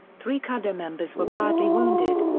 three cadre members were badly wounded.